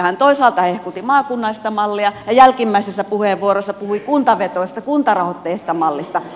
hän toisaalta hehkutti maakunnallista mallia ja jälkimmäisessä puheenvuorossa puhui kuntavetoisesta kuntarahoitteisesta mallista